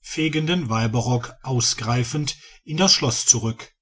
fegenden weiberrock ausgreifend in das schloß zurück